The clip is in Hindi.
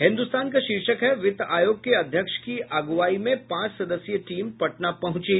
हिन्दुस्तान का शीर्षक है वित्त आयोग के अध्यक्ष की अगुवाई में पांच सदस्यी टीम पटना पहुंची